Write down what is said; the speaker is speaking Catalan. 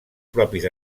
propis